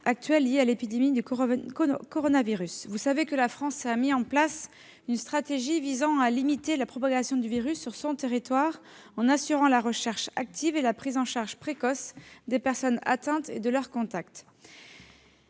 actuels liés à l'épidémie de coronavirus. Vous savez que la France a mis en place une stratégie visant à limiter la propagation du virus sur son territoire en assurant la recherche active et la prise en charge précoce des personnes atteintes et de leurs contacts.